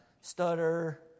stutter